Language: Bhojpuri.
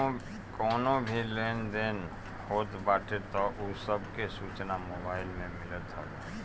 कवनो भी लेन देन होत बाटे उ सब के सूचना मोबाईल में मिलत हवे